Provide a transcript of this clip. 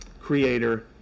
creator